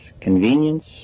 Convenience